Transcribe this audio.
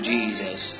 Jesus